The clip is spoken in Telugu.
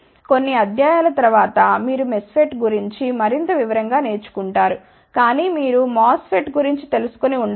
కొన్ని అధ్యాయాల తర్వాత మీరు MESFET గురించి మరింత వివరంగా నేర్చు కుంటారు కానీ మీరు MOSFET గురించి తెలుసుకొని ఉండ వచ్చు